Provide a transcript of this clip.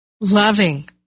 loving